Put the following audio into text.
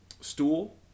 stool